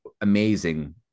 amazing